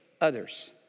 others